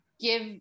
give